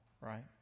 right